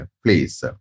please